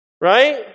right